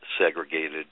segregated